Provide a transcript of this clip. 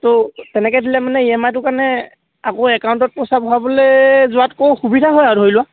ত' তেনেকৈ দিলে মানে ই এম আইটো কাৰণে আকৌ একাউণ্টত পইচা ভৰাবলৈ যোৱাতকৈও সুবিধা হয় আৰু ধৰি লোৱা